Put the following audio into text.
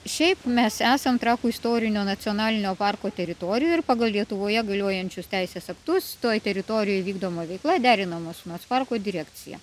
šiaip mes esam trakų istorinio nacionalinio parko teritorijoj ir pagal lietuvoje galiojančius teisės aktus toj teritorijoj vykdoma veikla derinama su nacionalinio parko direkcija